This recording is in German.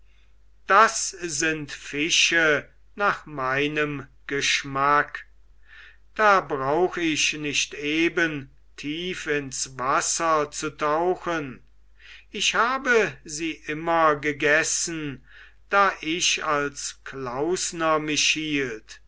das sind fische nach meinem geschmack da brauch ich nicht eben tief ins wasser zu tauchen ich hab sie immer gegessen da ich als klausner mich